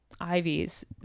Ivy's